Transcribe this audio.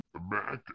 Mac